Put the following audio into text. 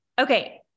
Okay